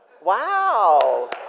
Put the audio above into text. Wow